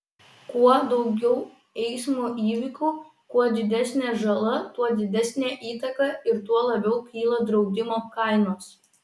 kuo daugiau eismo įvykių kuo didesnė žala tuo didesnė įtaka ir tuo labiau kyla draudimo kainos